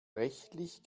rechtlich